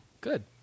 good